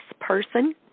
person